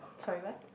sorry what